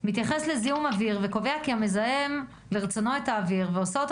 מתייחס לזיהום אוויר וקובע שהמזהם את האוויר ועושה אותו